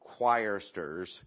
choirsters